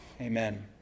Amen